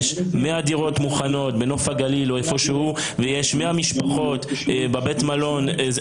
יש 100 דירות מוכנות בנוף הגליל או איפשהו ויש 100 משפחות בבית מלון?